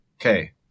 Okay